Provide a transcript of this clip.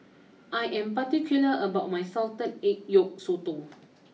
I am particular about my Salted Egg Yolk Sotong